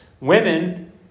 Women